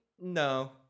no